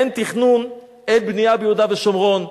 אין תכנון, אין בנייה ביהודה ושומרון.